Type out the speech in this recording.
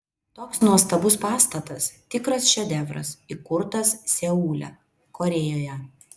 toks nuostabus pastatas tikras šedevras įkurtas seule korėjoje